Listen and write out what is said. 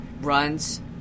runs